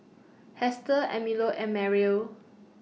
Hester Emilio and Merrill